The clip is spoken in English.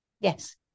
Yes